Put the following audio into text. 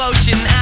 Ocean